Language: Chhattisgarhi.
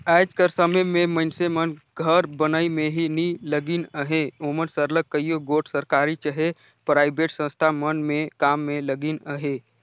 आएज कर समे में मइनसे मन घर बनई में ही नी लगिन अहें ओमन सरलग कइयो गोट सरकारी चहे पराइबेट संस्था मन में काम में लगिन अहें